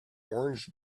orange